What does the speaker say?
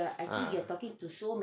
ah